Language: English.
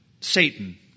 Satan